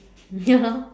ya lor